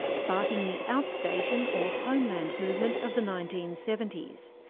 sparking the outstation or homeland movement of the nineteen seventy s.